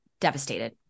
devastated